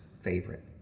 favorite